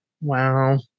Wow